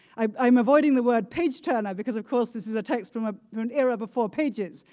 i'm avoiding the word page-turner because of course, this is a text from ah from an era before pages,